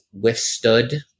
withstood